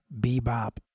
bebop